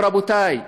אבל רבותיי,